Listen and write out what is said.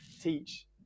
teach